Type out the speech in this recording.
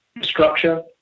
Structure